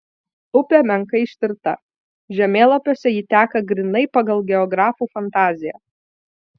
upė menkai ištirta žemėlapiuose ji teka grynai pagal geografų fantaziją